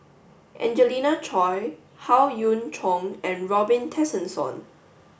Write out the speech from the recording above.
Angelina Choy Howe Yoon Chong and Robin Tessensohn